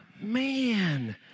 Man